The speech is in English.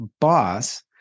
boss